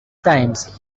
times